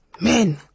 Men